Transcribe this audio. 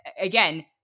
again